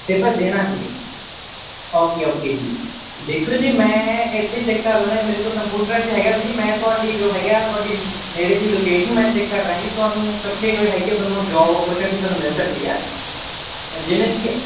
paper ਦੇਣਾ ਜੀ okay okay ਜੀ ਦੇਖੋ ਜੀ ਮੈਂ ਇੱਥੇ ਚੈੱਕ ਕਰ ਲੈਂਦਾ ਮੇਰੇ ਕੋਲ ਕੰਪੂਟਰ ਇੱਥੇ ਹੈਗਾ ਜੀ ਮੈਂ ਤੁਹਾਡੀ ਜੋ ਹੈਗਾ ਹੈ ਉਹ ਤੁਹਾਡੀ ਨੇੜੇ ਦੀ ਲੋਕੇਸ਼ਨ ਮੈਂ ਚੈੱਕ ਕਰ ਰਿਹਾ ਜੀ ਤੁਹਾਨੂੰ ਇੱਥੇ ਜੋ ਹੈਗੀ ਹੈ ਤੁਹਾਨੂੰ ਜੋਬ ਓਪਰਚੁਨਿਟੀ ਤੁਹਾਨੂੰ ਮਿਲ ਸਕਦੀ ਹੈ ਜਿਵੇਂ ਕਿ